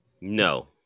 No